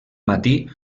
matí